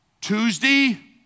Tuesday